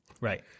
Right